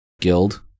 guild